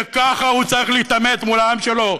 שככה הוא צריך להתעמת מול העם שלו.